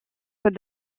côte